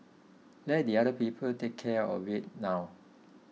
let the other people take care of it now